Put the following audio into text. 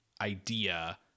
idea